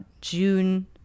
June